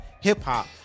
hip-hop